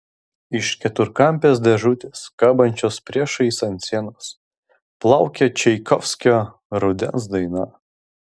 iš keturkampės dėžutės kabančios priešais ant sienos plaukė čaikovskio rudens daina